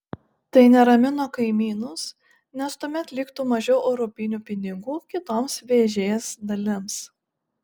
tai neramino kaimynus nes tuomet liktų mažiau europinių pinigų kitoms vėžės dalims